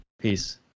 Peace